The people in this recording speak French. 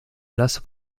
glace